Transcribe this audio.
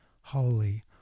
holy